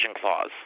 clause